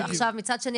מצד שני,